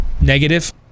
negative